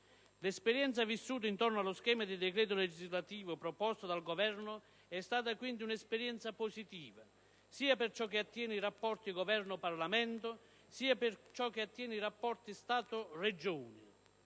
L'esperienza vissuta intorno allo schema di decreto legislativo proposto dal Governo è stata quindi positiva sia per ciò che attiene i rapporti Governo-Parlamento sia per ciò che attiene i rapporti Stato-Regioni.